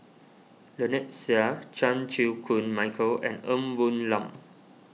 Lynnette Seah Chan Chew Koon Michael and Ng Woon Lam